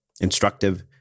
instructive